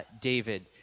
David